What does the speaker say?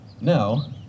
Now